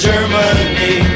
Germany